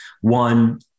one